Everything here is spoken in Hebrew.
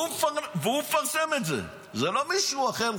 הוא מפרסם את זה, זה לא מישהו אחר.